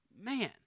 man